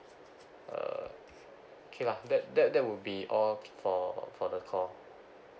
uh okay lah that that that will be all for for the call